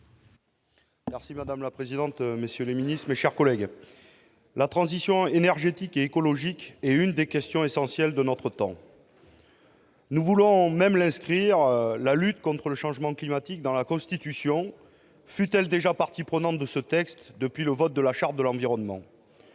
est ainsi libellé : La parole est à M. Fabien Gay. La transition énergétique et écologique est l'une des questions essentielles de notre temps. Nous voulons même inscrire la lutte contre le changement climatique dans la Constitution, fut-elle déjà partie prenante de ce texte depuis le vote de la Charte de l'environnement.